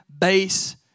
base